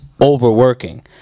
overworking